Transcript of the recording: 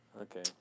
Okay